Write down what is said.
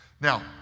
Now